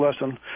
lesson